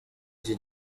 iki